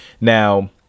now